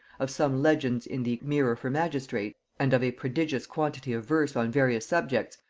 of some legends in the mirror for magistrates, and of a prodigious quantity of verse on various subjects,